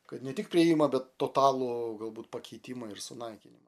kad ne tik priėjimą bet totalų galbūt pakeitimą ir sunaikinimą